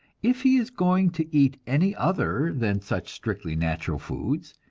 if he is going to eat any other than such strictly natural foods,